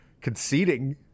conceding